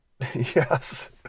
Yes